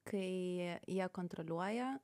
kai jie kontroliuoja